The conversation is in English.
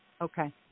Okay